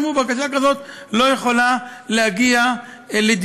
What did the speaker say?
אמרו: בקשה כזאת לא יכולה להגיע לדיון,